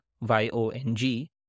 Y-O-N-G